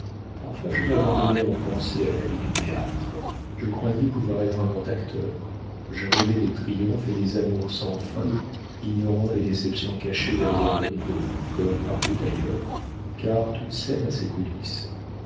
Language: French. parfois je m'abandonnais en pensée à la vie du théâtre je croyais pouvoir être un grand acteur je rêvais des triomphes et des amours sans fin ignorant les déceptions cachées derrière le rideau comme partout ailleurs car toute scène a ses coulisses